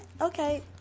okay